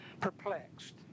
perplexed